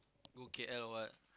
go K_L or what